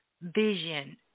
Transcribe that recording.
vision